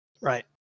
Right